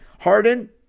Harden